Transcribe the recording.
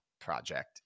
project